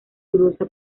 dudosa